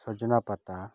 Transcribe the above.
ᱥᱚᱡᱽᱱᱟ ᱯᱟᱛᱟ